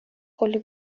کلی